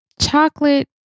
chocolate